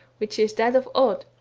which is that of odd,